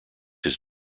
his